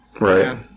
Right